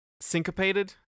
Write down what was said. syncopated